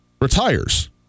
retires